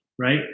Right